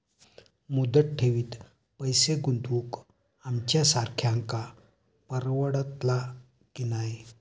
मुदत ठेवीत पैसे गुंतवक आमच्यासारख्यांका परवडतला की नाय?